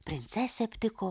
princesė aptiko